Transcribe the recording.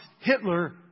Hitler